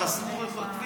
חסמו את הכביש.